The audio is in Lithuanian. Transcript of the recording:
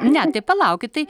ne tai palaukit tai